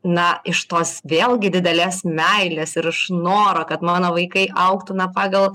na iš tos vėlgi didelės meilės ir iš noro kad mano vaikai augtų na pagal